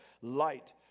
light